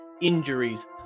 injuries